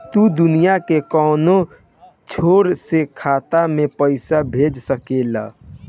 तू दुनिया के कौनो छोर से खाता में पईसा भेज सकेल